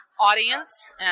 audience